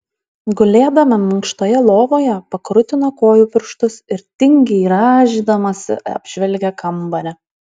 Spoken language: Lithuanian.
gulėdama minkštoje lovoje pakrutino kojų pirštus ir tingiai rąžydamasi apžvelgė kambarį